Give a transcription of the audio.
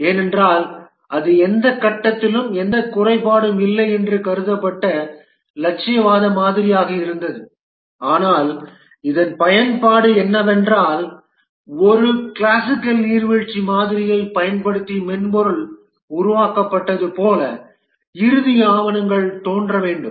ஏனென்றால் இது எந்த கட்டத்திலும் எந்தக் குறைபாடும் இல்லை என்று கருதப்பட்ட இலட்சியவாத மாதிரியாக இருந்தது ஆனால் இதன் பயன்பாடு என்னவென்றால் ஒரு கிளாசிக்கல் நீர்வீழ்ச்சி மாதிரியைப் பயன்படுத்தி மென்பொருள் உருவாக்கப்பட்டது போல இறுதி ஆவணங்கள் தோன்ற வேண்டும்